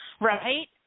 right